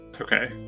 Okay